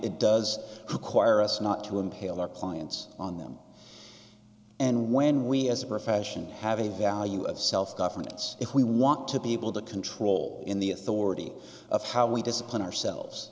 it does require us not to impale our clients on them and when we as a profession have a value of self governance if we want to be able to control in the authority of how we discipline ourselves